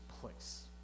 place